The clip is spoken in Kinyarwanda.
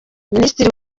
minisitiri